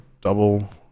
double